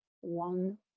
one